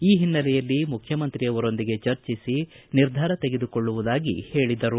ಈ ಹಿನ್ನೆಲೆಯಲ್ಲಿ ಮುಖ್ಯಮಂತ್ರಿಯವರೊಂದಿಗೆ ಚರ್ಚಿಸಿ ನಿರ್ಧಾರ ತೆಗೆದುಕೊಳ್ಳುವುದಾಗಿ ಹೇಳಿದರು